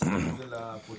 לציין את זה לפרוטוקול,